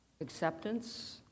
acceptance